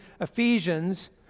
Ephesians